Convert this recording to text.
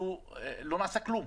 לא נעשה כלום.